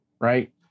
right